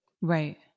Right